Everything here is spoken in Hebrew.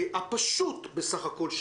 הפשוט בסך הכול,